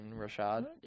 Rashad